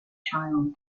child